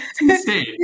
insane